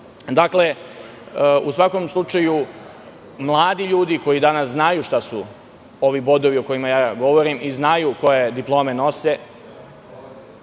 u svakom slučaju mladi ljudi koji danas znaju šta su ovi bodovi o kojima govorim i znaju koje diplome nose,